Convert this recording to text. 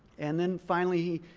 and then finally